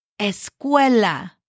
Escuela